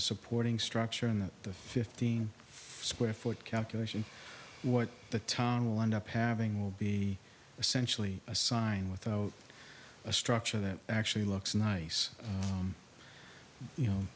supporting structure in that the fifteen square foot calculation what the tunnel and up having will be essentially a sign with a structure that actually looks nice you know